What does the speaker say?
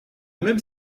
même